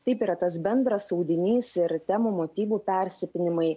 taip yra tas bendras audinys ir temų motyvų persipynimai